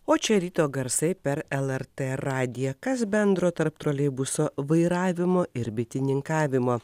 o čia ryto garsai per lrt radiją kas bendro tarp troleibuso vairavimo ir bitininkavimo